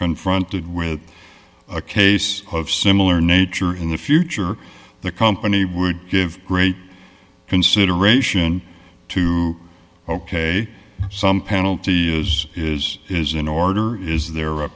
confronted with a case of similar nature in the future the company would give great consideration to ok some penalty is is is in order is there a